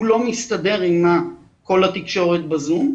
הוא לא מסתדר עם כל התקשורת בזום,